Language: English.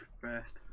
first